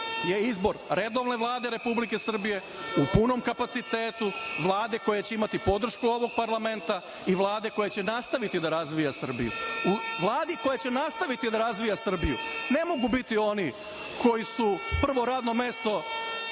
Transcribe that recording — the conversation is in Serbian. je izbor redovne Vlade Republike Srbije, u punom kapacitetu, Vlade koja će imati podršku ovog parlamenta i Vlade koja će nastaviti da razvija Srbiju. U Vladi koja će nastaviti da razvija Srbiju ne mogu biti oni koji su prvo radno mesto